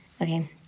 Okay